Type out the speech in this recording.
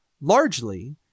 largely